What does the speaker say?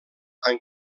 amb